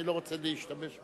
אני לא רוצה להשתמש,